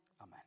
amen